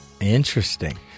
Interesting